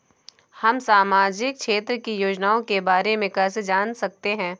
हम सामाजिक क्षेत्र की योजनाओं के बारे में कैसे जान सकते हैं?